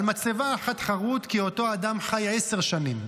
על מצבה אחת חרות כי אותו אדם חי עשר שנים,